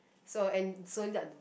so and so